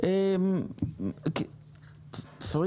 פרי